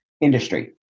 industry